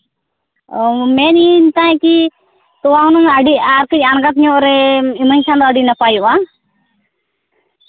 ᱚᱸᱻ ᱢᱮᱱᱮᱫ ᱤᱧ ᱛᱟᱦᱮᱱ ᱠᱤ ᱛᱳᱣᱟ ᱢᱟᱱᱮ ᱟᱹᱰᱤ ᱟᱬᱜᱟᱛ ᱧᱚᱜ ᱤᱢᱟᱹᱧ ᱠᱷᱟᱡ ᱫᱚ ᱟᱹᱰᱤ ᱱᱟᱯᱟᱭᱚᱜᱼᱟ